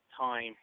time